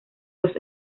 los